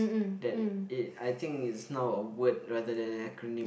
that it I think it's not a word rather than a acronym